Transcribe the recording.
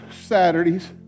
Saturdays